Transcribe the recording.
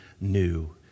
new